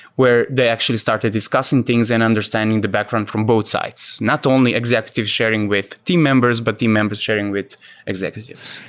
where they actually started discussing things and understanding the background from both sides. not only executives sharing with team members, but team members sharing with executives.